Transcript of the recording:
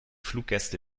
fluggäste